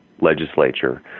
legislature